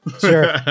Sure